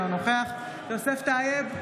אינו נוכח יוסף טייב,